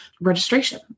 registration